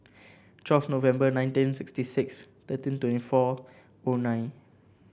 twelfth November nineteen sixty six thirteen twenty four O nine